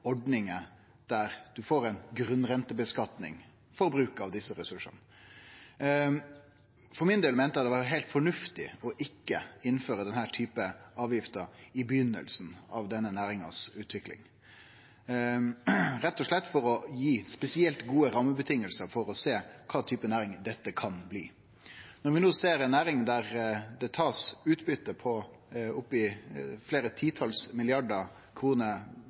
ordningar med ei grunnrenteskattlegging for bruk av desse ressursane. For min del meinte eg at det var heilt fornuftig ikkje å innføre slike avgifter i byrjinga av denne næringsutviklinga, rett og slett for å gi spesielt gode rammevilkår for å sjå kva type næring dette kunne bli. Når vi no ser at det blir tatt utbytte på opptil fleire titals milliardar kroner